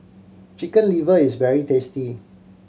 Chicken Liver is very tasty